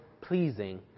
pleasing